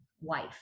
wife